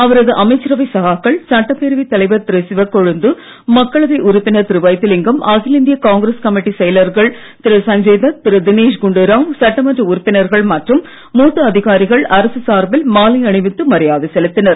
அவரது அமைச்சரவை சகாக்கள் சட்டப்பேரவை தலைவர் திரு சிவக்கொழுந்து மக்களவை உறுப்பினர் திரு வைத்திலிங்கம் அகில இந்திய காங்கிரஸ் கமிட்டிச் செயலர்கள் திரு சஞ்சய் தத் திரு தினேஷ் குண்டு ராவ் சட்டமன்ற உறுப்பினர்கள் மற்றும் மூத்த அதிகாரிகள் அரசு சார்பில் மாலை அணிவித்து மரியாதை செலுத்தினர்